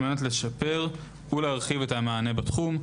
על מנת לשפר ולהרחיב את המענה בתחום,